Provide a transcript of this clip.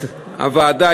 את הוועדה,